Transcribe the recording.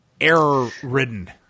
error-ridden